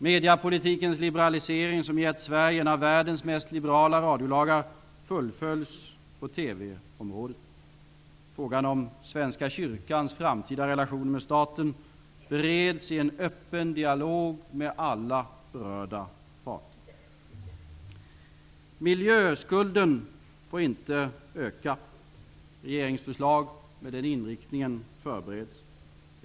Mediapolitikens liberalisering, som gett Sverige en av världens mest liberala radiolagar, fullföljs på Frågan om Svenska kyrkans framtida relation med staten bereds i en öppen dialog med alla berörda parter. Miljöskulden får inte öka. Regeringsförslag med den inriktningen förbereds.